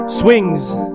Swings